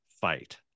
fight